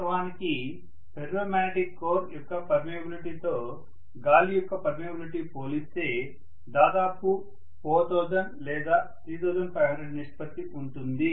వాస్తవానికి ferromagnetic core యొక్క పర్మియబిలిటీతో గాలి యొక్క పర్మియబిలిటీ పోలిస్తే దాదాపు 4000 లేదా 3500 నిష్పత్తి ఉంటుంది